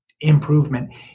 improvement